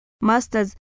master's